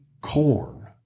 corn